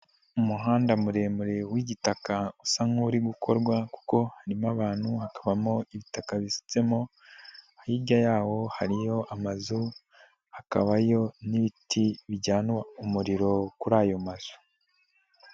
Umuhanda muremure w'igitaka usa n'uri gukorwa kuko harimo abantu, hakabamo ibitaka bisutsemo, hirya yawo hariyo amazu, hakabayo n'ibiti bijyana umuriro kuri ayo mazu.